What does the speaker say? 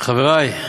חברי,